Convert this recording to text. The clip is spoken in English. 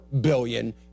billion